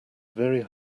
very